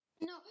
No